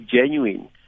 genuine